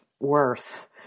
worth